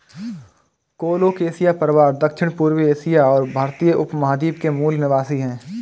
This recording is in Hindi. कोलोकेशिया परिवार दक्षिणपूर्वी एशिया और भारतीय उपमहाद्वीप के मूल निवासी है